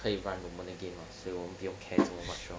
可以 run 我们的 game ah 所以我们不用 care 做么 much lor